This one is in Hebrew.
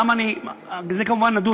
למה אני, בזה כמובן נדון.